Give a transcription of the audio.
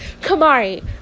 Kamari